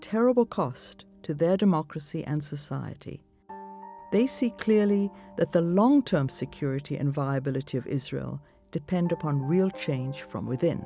terrible cost to their democracy and society they see clearly that the long term security and viability of israel depend upon real change from within